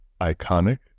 iconic